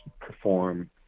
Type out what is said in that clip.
perform